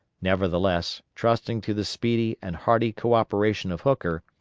nevertheless, trusting to the speedy and hearty co-operation of hooker,